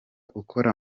ukora